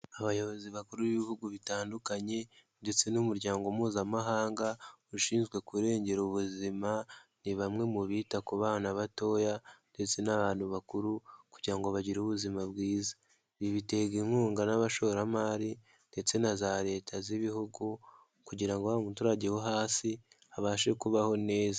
Abayobozi bakuru b'ibihugu bitandukanye ndetse n'umuryango Mpuzamahanga ushinzwe kurengera ubuzima ni bamwe mu bita ku bana batoya ndetse n'abantu bakuru kugira ngo bagire ubuzima bwiza, ibi biterwa inkunga n'abashoramari ndetse na za leta z'ibihugu kugira ngo wa muturage wo hasi abashe kubaho neza.